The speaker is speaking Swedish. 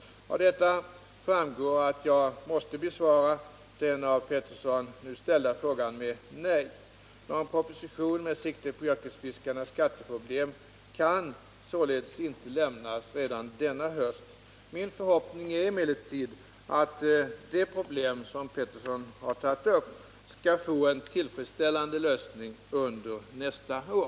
Av det anförda framgår att jag måste besvara den av Karl-Anders Petersson ställda frågan med nej. Någon proposition med sikte på yrkesfiskarnas skatteproblem kan således inte lämnas redan denna höst. Min förhoppning är emellertid att det problem som Karl-Anders Petersson tagit upp skall få en tillfredsställande lösning under nästa år.